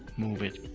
move it.